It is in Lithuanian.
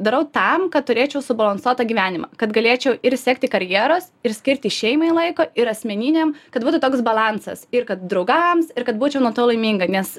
darau tam kad turėčiau subalansuotą gyvenimą kad galėčiau ir siekti karjeros ir skirti šeimai laiko ir asmeniniam kad būtų toks balansas ir kad draugams ir kad būčiau nuo to laiminga nes